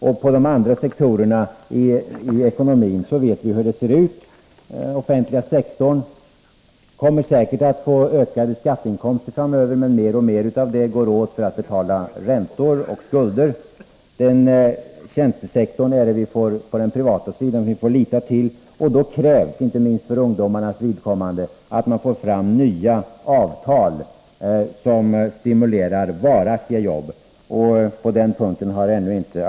Och på de andra sektorerna av ekonomin vet vi hur det ser ut. Den offentliga sektorn kommer säkert att få ökade skatteinkomster framöver, men mer och mer av dem går åt till att betala räntor och skulder. Det blir tjänstesektorn på den privata sidan som vi får lita till, och då krävs, inte minst för ungdomarnas vidkommande, att man får fram nya avtal som stimulerar tillkomsten av varaktiga jobb.